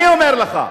אני אומר לך,